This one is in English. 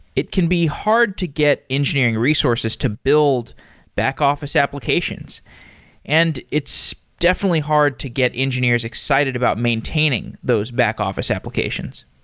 it can be hard to get engineering resources to build back-office applications and it's definitely hard to get engineers excited about maintaining those back-office applications.